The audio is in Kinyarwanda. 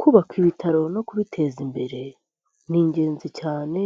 Kubaka ibitaro no kubiteza imbere ni ingenzi cyane.